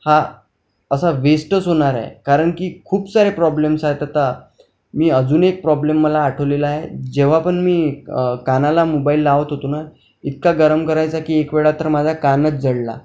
हा असा वेस्टच होणार आहे कारण की खूप सारे प्रॉब्लेम्स आहेत आता मी अजून एक प्रॉब्लेम मला आठवलेला आहे जेव्हा पण मी कानाला मोबाईल लावत होतो ना इतका गरम करायचा की एक वेळा तर माझा कानच जळला